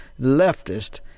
leftist